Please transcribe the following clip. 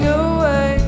away